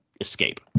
escape